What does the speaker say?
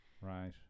right